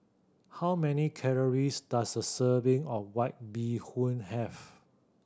how many calories does a serving of White Bee Hoon have